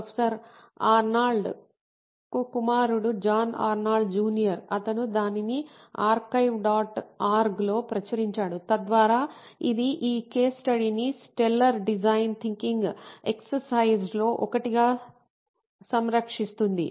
professor Arnold Arnold's కుమారుడు John Arnold junior అతను దానిని ఆర్కైవ్ డాట్ ఆర్గ్లో ప్రచురించాడు తద్వారా ఇది ఈ కేస్ స్టడీని స్టెల్లర్ డిజైన్ థింకింగ్ ఎక్సర్సైజస్ లో ఒకటిగా సంరక్షిస్తుంది